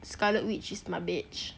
scarlet witch is my bitch